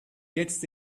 gets